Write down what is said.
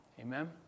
Amen